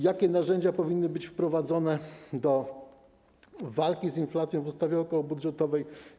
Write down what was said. Jakie narzędzia powinny być wprowadzone do walki z inflacją w ustawie okołobudżetowej?